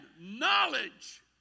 knowledge